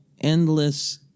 endless